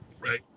Right